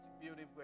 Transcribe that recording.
beautiful